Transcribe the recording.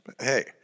Hey